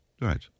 Right